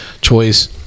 choice